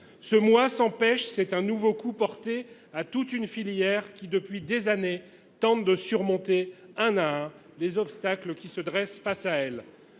Ce mois sans pêche, c’est un nouveau coup porté à toute une filière qui, depuis des années, tente de surmonter un à un les obstacles qui se dressent devant elle.